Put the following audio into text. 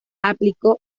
aplicó